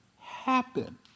happen